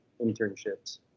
internships